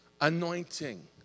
anointing